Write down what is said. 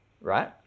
right